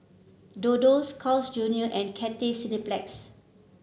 Dodo Carl's Junior and Cathay Cineplex